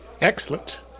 Excellent